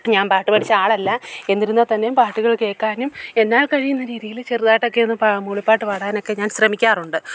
ഞാൻ പാട്ട് പഠിച്ച ആളല്ല എന്നിരുന്നാൽ തന്നെയും പാട്ടുകൾ കേൾക്കാനും എന്നാൽ കഴിയുന്ന രീതിയിൽ ചെറുതായിട്ടൊക്കെ ഒന്നു പാ മൂളിപ്പാട്ട് പാടാനൊക്കെ ഞാൻ ശ്രമിക്കാറുണ്ട്